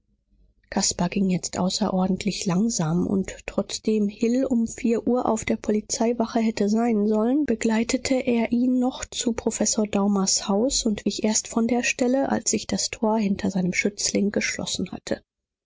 caspar ging jetzt außerordentlich langsam und trotzdem hill um vier uhr auf der polizeiwache hätte sein sollen begleitete er ihn noch zu professor daumers haus und wich erst von der stelle als sich das tor hinter seinem schützling geschlossen hatte